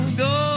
go